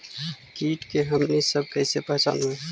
किट के हमनी सब कईसे पहचनबई?